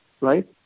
Right